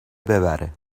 ببره